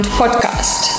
podcast